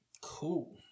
Cool